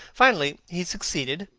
finally he succeeded,